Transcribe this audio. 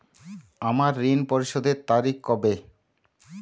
আমার ঋণ পরিশোধের তারিখ কবে?